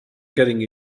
getting